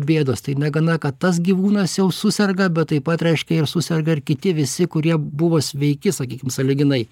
bėdos tai negana kad tas gyvūnas jau suserga bet taip pat reiškia ir suserga ir kiti visi kurie buvo sveiki sakykim sąlyginai